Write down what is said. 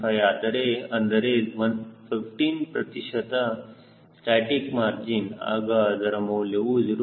15 ಆದರೆ ಅಂದರೆ 15 ಪ್ರತಿಶತ ಸ್ಟಾಸ್ಟಿಕ್ ಮಾರ್ಜಿನ್ ಆಗ ಇದರ ಮೌಲ್ಯವು 0